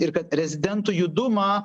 ir kad rezidentų judumą